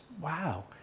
wow